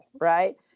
right